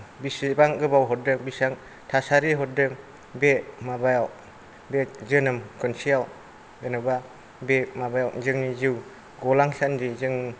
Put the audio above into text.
बेसेबां गोबाव हरदों बिसां थासारि हरदों बे माबायाव बे जोनोम खुनसेयाव जेन'बा बे माबायाव जोंनि जिउ गलांसान्दि जों